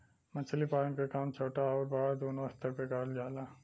मछली पालन क काम छोटा आउर बड़ा दूनो स्तर पे करल जाला